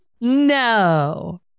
no